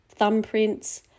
thumbprints